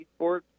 esports